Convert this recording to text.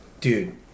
dude